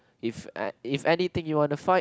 if an~ if anything you want to fight